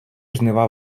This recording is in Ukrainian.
жнива